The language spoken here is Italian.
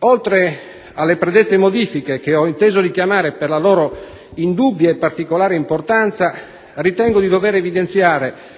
Oltre alle predette modifiche, che ho inteso richiamare per la loro indubbia e particolare importanza, ritengo di dovere evidenziare